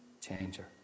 changer